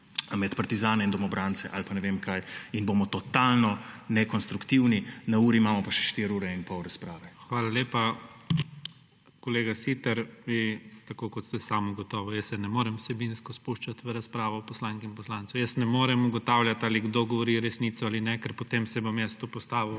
med partizane in domobrance ali pa ne vem kaj, in bomo totalno nekonstruktivni, na uri imamo pa še štiri ure in pol razprave. PREDSEDNIK IGOR ZORČIČ: Hvala lepa, kolega Siter. Tako kot ste sami ugotovili, jaz se ne morem vsebinsko spuščati v razpravo poslank in poslancev, jaz ne morem ugotavljati, ali kdo govori resnico ali ne, ker potem se bom jaz tu postavil